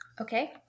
Okay